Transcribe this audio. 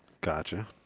Gotcha